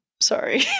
sorry